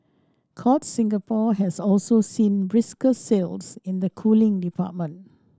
courts Singapore has also seen brisker sales in the cooling department